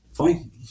fine